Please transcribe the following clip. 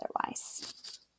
otherwise